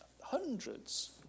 hundreds